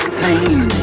pain